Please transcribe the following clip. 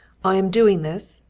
i am doing this,